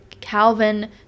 Calvin